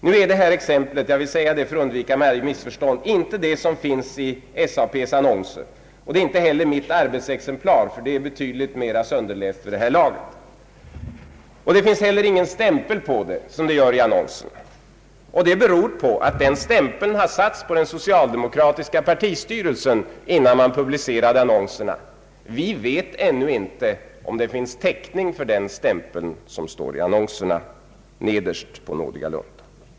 Nu är detta exemplar som jag här håller i — jag vill säga det för att undvika varje missförstånd — inte det som finns i SAP:s annonser och det är inte heller mitt arbetsexemplar, vilket är betydligt mer sönderläst vid det här laget. Det finns heller ingen stämpel på luntan som det finns i annonserna. Det beror på att den stämpeln har satts på av den socialdemokratiska partistyrelsen innan annonserna publicerades. Vi vet ännu inte om det finns täckning för den stämpel som är med i annonserna, nederst på nådiga luntan.